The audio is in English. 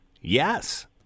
Yes